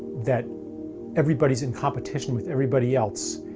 that everybody's in competition with everybody else.